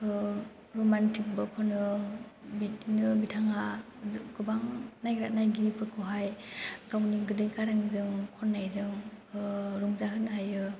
रमान्टिकबो खनो बिदिनो बिथाङा गोबां नायग्रा नायगिरिफोरखौहाय गावनि गोदै गारांजों खन्नायजों रंजाहोनो हायो